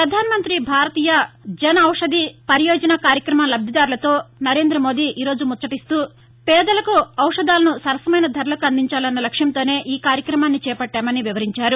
ప్రధానమంతి భారతీయ జన ఔషధి పరియోజన కార్యక్రమ లభిదారులతో నరేంద్రమోదీ ఈరోజు ముచ్చటిస్తూ పేదలకు ఔషధాలను సరసమైన ధరలకు అందించాలన్న లక్ష్యంతోనే ఈ కార్యక్రమాన్ని చేపట్టామని వివరించారు